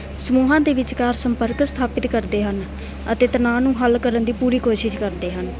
ਸਮੂਹਾਂ ਦੇ ਵਿਚਕਾਰ ਸੰਪਰਕ ਸਥਾਪਿਤ ਕਰਦੇ ਹਨ ਅਤੇ ਤਨਾਅ ਨੂੰ ਹੱਲ ਕਰਨ ਦੀ ਪੂਰੀ ਕੋਸ਼ਿਸ਼ ਕਰਦੇ ਹਨ